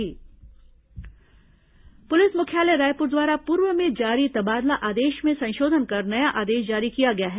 तबादला आदेश संशोधन पुलिस मुख्यालय रायपुर द्वारा पूर्व में जारी तबादला आदेश में संशोधन कर नया आदेश जारी किया गया है